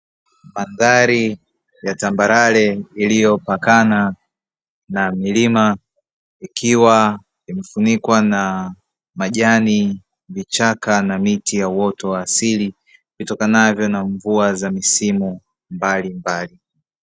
Mandhari ya tambarare iliyopakana na milima ikiwa imefunikwa na majani vichaka na miti ya uoto wa asili vitokanavyo na mvua za misimu mbalimbali.